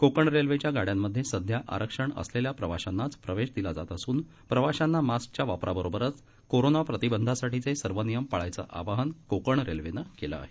कोकण रेल्वेच्या गाड्यांमध्ये सध्या आरक्षण असलेल्या प्रवाशांनाच प्रवेश दिला जात असून प्रवाशांना मास्कच्या वापराबरोबरच कोरोना प्रतिबंधासाठीचे सर्व नियम पाळायचं आवाहन कोकण रेल्वेनं केलं आहे